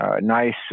nice